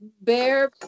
Bear